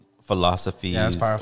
philosophies